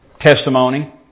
testimony